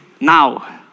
now